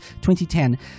2010